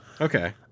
Okay